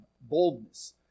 boldness